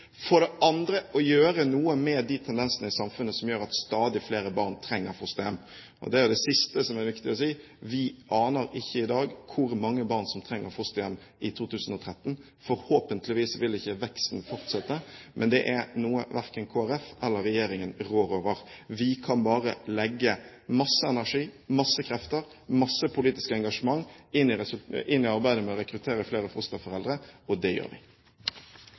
for det andre, å gjøre noe med de tendensene i samfunnet som gjør at stadig flere barn trenger fosterhjem. Det er jo det siste som er viktig å si. Vi aner ikke i dag hvor mange barn som trenger fosterhjem i 2013. Forhåpentligvis vil ikke veksten fortsette, men det er noe verken Kristelig Folkeparti eller regjeringen rår over. Vi kan bare legge masse energi, mange krefter og masse politisk engasjement inn i arbeidet med å rekruttere flere fosterforeldre – og det gjør vi.